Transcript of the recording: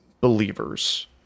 believers